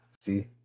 See